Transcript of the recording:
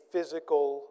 physical